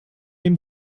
dem